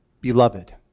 beloved